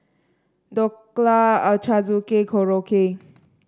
Dhokla Ochazuke Korokke